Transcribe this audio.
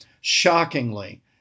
shockingly